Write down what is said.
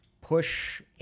push